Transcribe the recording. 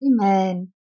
Amen